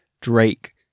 drake